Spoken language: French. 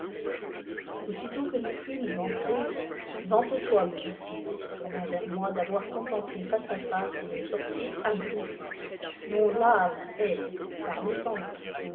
aussitôt que npus fûmes entrés a vante toi me dit-il en se tournant vers moi d'avoir contemplé face à face le sorcier agrippa dont l'âme est